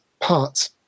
parts